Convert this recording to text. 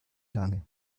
lange